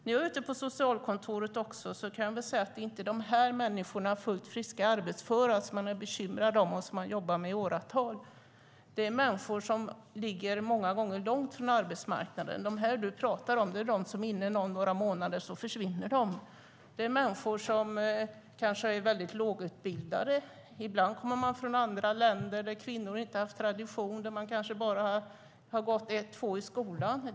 När jag är ute på socialkontoret kan jag säga att det inte är de människorna - fullt friska arbetsföra - som man är bekymrad över och jobbar med i åratal, utan det är människor som många gånger ligger långt från arbetsmarknaden. Dem som du pratar om är de som är inne några månader och sedan försvinner. Det är människor som kanske är lågutbildade. Ibland kommer de från andra länder där kvinnor av tradition kanske bara har gått kort tid i skolan.